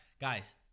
Guys